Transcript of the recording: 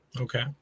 Okay